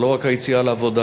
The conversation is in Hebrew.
זה לא רק היציאה לעבודה,